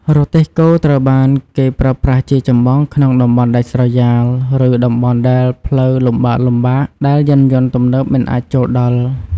រទេះគោត្រូវបានគេប្រើប្រាស់ជាចម្បងក្នុងតំបន់ដាច់ស្រយាល ឬតំបន់ដែលផ្លូវលំបាកៗ ដែលយានយន្តទំនើបមិនអាចចូលដល់។